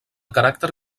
caràcter